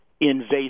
invasive